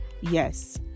Yes